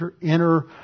inner